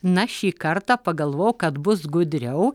na šį kartą pagalvojau kad bus gudriau